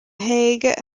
hague